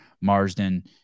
Marsden